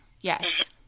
Yes